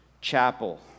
Chapel